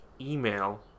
email